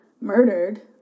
murdered